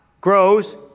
grows